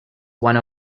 one